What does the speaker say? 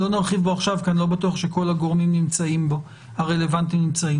לא נרחיב בו עכשיו כי אני לא בטוח שכל הגורמים הרלוונטיים נמצאים.